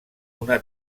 una